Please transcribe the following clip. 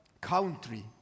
country